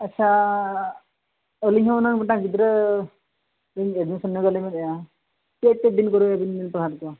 ᱟᱪᱪᱷᱟ ᱟᱹᱞᱤᱧ ᱦᱚᱸ ᱦᱩᱱᱟᱹᱝ ᱢᱤᱫᱴᱟᱝ ᱜᱤᱫᱽᱨᱟᱹ ᱞᱤᱧ ᱮᱰᱢᱤᱥᱚᱱ ᱧᱚᱜᱮᱭᱟᱞᱤᱧ ᱢᱮᱱᱮᱜᱼᱟ ᱪᱮᱫ ᱪᱮᱫ ᱫᱤᱱ ᱠᱚᱨᱮ ᱵᱮᱱ ᱯᱟᱲᱦᱟᱣ ᱮᱫᱟ ᱠᱚᱣᱟ